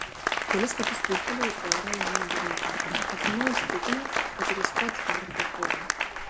kelis kartus pūstelėjau oro jam į burnytę aprimau įsitikinęs kad ir jis pats dar kvėpuoja